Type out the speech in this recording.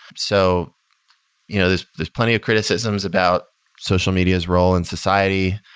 so you know there's there's plenty of criticisms about social media's role in society,